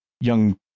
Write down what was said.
young